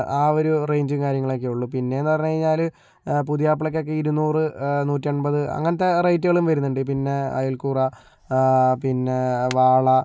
ആ ഒരു റേഞ്ചും കാര്യങ്ങളൊക്കെ ഉള്ളൂ പിന്നെയെന്ന് പറഞ്ഞു കഴിഞ്ഞാല് പുതിയാപ്ലയ്ക്കൊക്കെ ഇരുന്നൂറ് നൂറ്റെൺപത് അങ്ങനത്തെ റേറ്റുകളും വരുന്നുണ്ട് പിന്നെ അയൽക്കൂറ പിന്നെ വാള